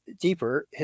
deeper